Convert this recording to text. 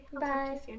bye